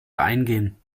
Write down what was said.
eingehen